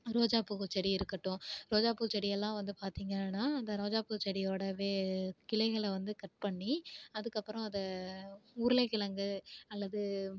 ரோஜா பூச்செடி இருக்கட்டும் ரோஜா பூச்செடியெல்லாம் வந்து பார்த்திங்கன்னா அந்த ரோஜா பூ செடியோடய கிளைகள் வந்து கட் பண்ணி அதுக்கு அப்புறம் அதை உருளைக்கிழங்கு அல்லது